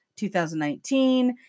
2019